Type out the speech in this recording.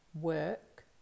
work